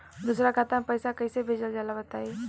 दोसरा खाता में पईसा कइसे भेजल जाला बताई?